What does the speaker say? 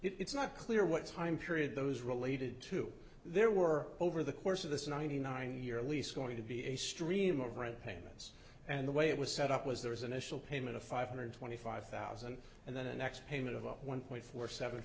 it's not clear what time period those related to there were over the course of this ninety nine year lease going to be a stream of rent payments and the way it was set up was there was an initial payment of five hundred twenty five thousand and then an ex payment of up one point four seven